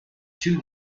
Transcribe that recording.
two